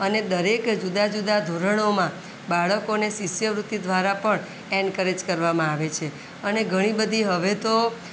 અને દરેક જુદા જુદા ધોરણોમાં બાળકોને શિષ્યવૃત્તિ દ્વારા પણ એનકરેજ કરવામાં આવે છે અને ઘણી બધી હવે તો